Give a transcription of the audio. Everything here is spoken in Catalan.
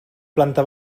planta